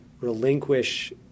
relinquish